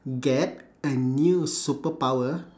get a new superpower